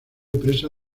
presa